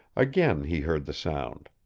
again he heard the sound.